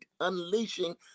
unleashing